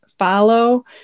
follow